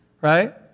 Right